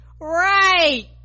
right